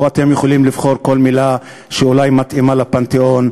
או אתם יכולים לבחור כל מילה שאולי מתאימה לפנתיאון,